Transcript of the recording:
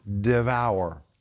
devour